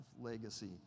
legacy